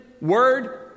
word